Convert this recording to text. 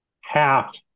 half